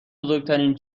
بزرگترین